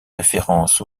référence